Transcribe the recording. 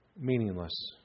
meaningless